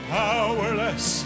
powerless